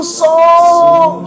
song